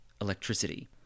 electricity